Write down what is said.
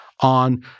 on